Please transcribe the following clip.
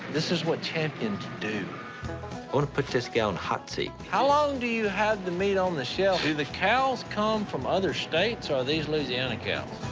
this is what champions do. i want to put this guy on the hot seat. how long do you have the meat on the shelf? do the cows come from other states, or are these louisiana cows?